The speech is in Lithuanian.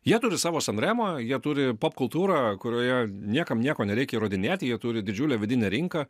jie turi savo san remą jie turi popkultūrą kurioje niekam nieko nereikia įrodinėti jie turi didžiulę vidinę rinką